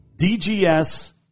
DGS